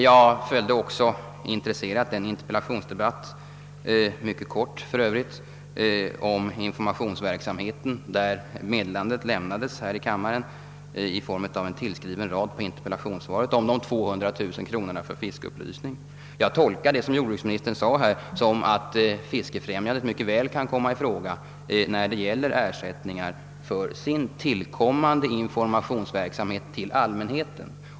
Jag följde också intresserat den mycket korta interpellationsdebatt om informationsverksamheten, vari det i form av en tillagd mening i interpellationssvaret meddelades kammaren att 200 000 kronor anslogs åt fiskeupplysning. Jag tolkar jordbruksministerns ord så att Fiskefrämjandet mycket väl kan komma i fråga när det gäller ersättningar för sin tillkommande verksamhet med information till allmänheten.